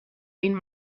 این